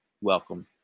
Welcome